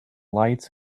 lights